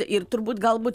ir turbūt galbūt